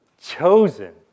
Chosen